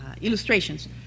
illustrations